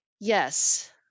yes